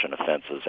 offenses